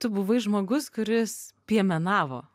tu buvai žmogus kuris piemenavo